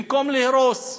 במקום להרוס,